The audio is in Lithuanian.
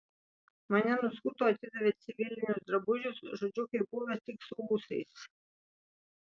mane nuskuto atidavė civilinius drabužius žodžiu kaip buvęs tik su ūsais